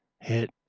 hit